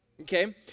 okay